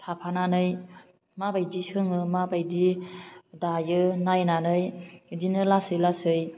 थाफानानै माबायदि सोङो माबायदि दायो नायनानै बिदिनो लासै लासै